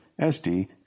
SD